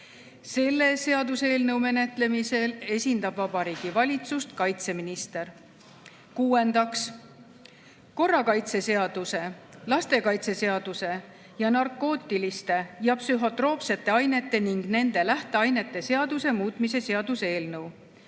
Selle seaduseelnõu menetlemisel esindab Vabariigi Valitsust kaitseminister. Kuuendaks, korrakaitseseaduse, lastekaitseseaduse ja narkootiliste ja psühhotroopsete ainete ning nende lähteainete seaduse muutmise seaduse eelnõu.